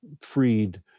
freed